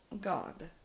God